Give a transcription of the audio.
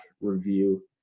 review